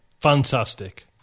Fantastic